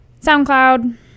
SoundCloud